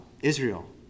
Israel